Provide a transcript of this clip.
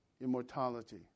immortality